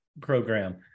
program